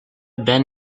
been